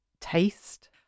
taste